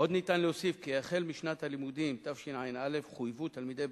עוד ניתן להוסיף כי החל משנת הלימודים תשע"א חויבו תלמידי